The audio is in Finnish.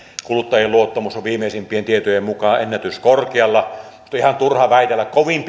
kuluttajien luottamus on viimeisimpien tietojen mukaan ennätyskorkealla minusta on ihan turha väitellä ainakaan kovin